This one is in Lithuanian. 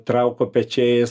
trauko pečiais